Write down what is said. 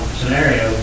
scenario